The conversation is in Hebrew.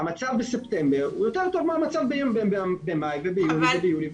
המצב בספטמבר הוא יותר טוב מהמצב במאי וביוני וביולי ובאוגוסט.